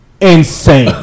insane